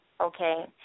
okay